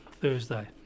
Thursday